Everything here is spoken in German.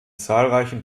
zahlreichen